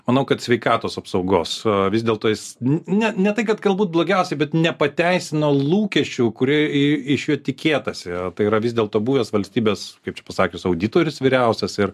manau kad sveikatos apsaugos o vis dėlto jis ne ne tai kad galbūt blogiausia bet nepateisino lūkesčių kurie iš jo tikėtasi tai yra vis dėlto buvęs valstybės kaip čia pasakius auditorius vyriausias ir